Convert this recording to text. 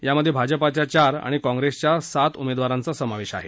यामध्ये भाजपाच्या चार आणि काँग्रेसच्या सात उमेदवारांचा समावेश आहे